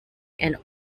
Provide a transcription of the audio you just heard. and